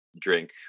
drink